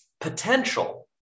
potential